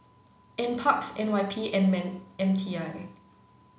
NPARKS N Y P and M T I